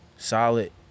solid